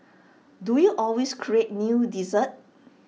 do you always create new desserts